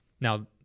Now